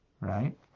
right